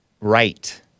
right